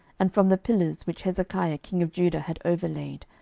and from the pillars which hezekiah king of judah had overlaid,